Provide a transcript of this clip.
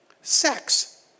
Sex